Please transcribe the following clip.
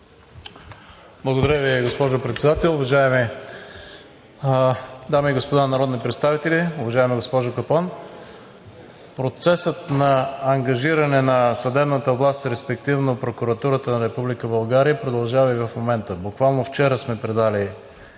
Благодаря Ви, госпожо Председател. Уважаеми дами и господа народни представители! Уважаема госпожо Капон, процесът на ангажиране на съдебната власт, респективно Прокуратурата на Република България, продължава и в момента. Буквално вчера сме предали